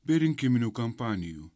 bei rinkiminių kampanijų